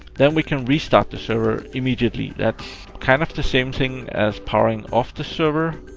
then we can restart the server immediately. that's kind of the same thing as powering off the server,